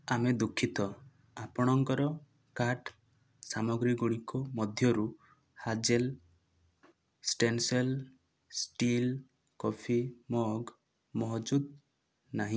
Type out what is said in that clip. ଆମେ ଦୁଃଖିତ ଆପଣଙ୍କର କାର୍ଟ୍ ସାମଗ୍ରୀଗୁଡ଼ିକ ମଧ୍ୟରୁ Hazel stainless steel coffee mug ମହଜୁଦ ନାହିଁ